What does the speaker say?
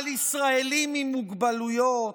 על ישראלים עם מוגבלויות,